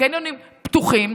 הקניונים פתוחים,